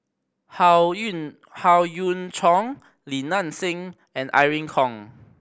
Howe Yoon Howe Yoon Chong Li Nanxing and Irene Khong